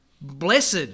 Blessed